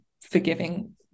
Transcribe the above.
forgiving